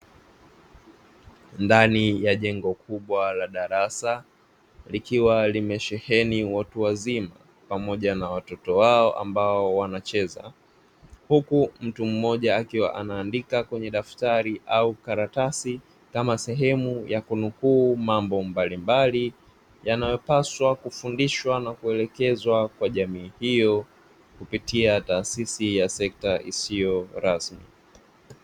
Ndani ya jengo kubwa la darasa, likiwa limesheheni watu wazima pamoja na watoto wao ambao wanacheza, huku mtu mmoja akiwa anaandika kwenye daftari au karatasi kama sehemu ya kunukuu mambo mbalimbali yanayopaswa kufundishwa na kuelekezwa kwa jamii hiyo, kupitia taasisi ya sekta isiyo rasmi.